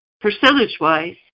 percentage-wise